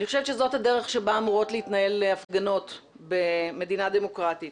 אני חושבת שזאת הדרך שבה אמורות להתנהל הפגנות במדינה דמוקרטית.